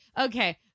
okay